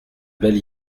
belle